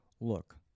look